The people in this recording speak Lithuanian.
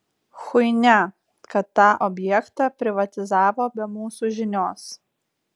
chuinia kad tą objektą privatizavo be mūsų žinios